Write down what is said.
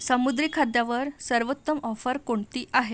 समुद्री खाद्यावर सर्वोत्तम ऑफर कोणती आहे